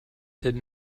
did